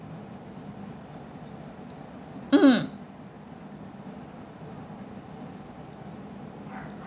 mm